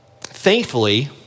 Thankfully